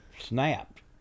snapped